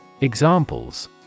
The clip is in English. Examples